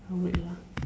wait lah